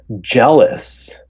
jealous